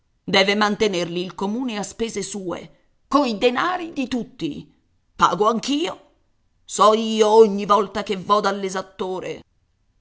deve mantenerli il comune a spese sue coi denari di tutti pago anch'io so io ogni volta che vo